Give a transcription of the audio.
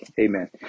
Amen